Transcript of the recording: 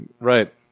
Right